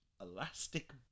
Elastic